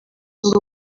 ngo